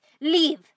Leave